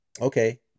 Okay